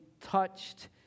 touched